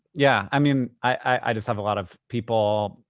yeah, i mean, i just have a lot of people,